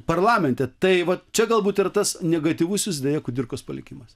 parlamente tai vat čia galbūt yra tas negatyvusis deja kudirkos palikimas